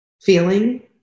feeling